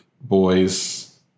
boys